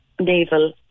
naval